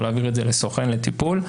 או להעביר את זה לסוכן לטיפול.